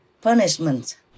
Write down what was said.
punishment